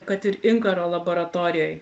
kad ir inkaro laboratorijoj